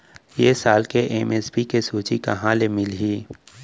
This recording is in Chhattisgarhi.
ए साल के एम.एस.पी के सूची कहाँ ले मिलही?